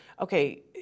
okay